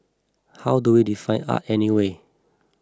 how do we define art anyway